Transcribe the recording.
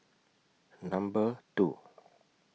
Number two